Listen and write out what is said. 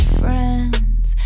friends